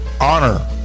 Honor